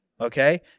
Okay